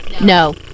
No